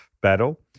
battle